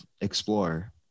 explorer